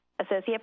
Associate